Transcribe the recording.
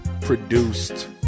produced